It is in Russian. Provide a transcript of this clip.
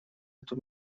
эту